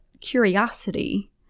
curiosity